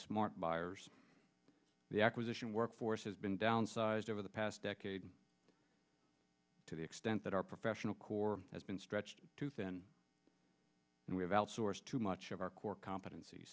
smart buyers the acquisition workforce has been downsized over the past decade to the extent that our professional corps has been stretched too thin and we've outsourced too much of our core competenc